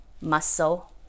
muscle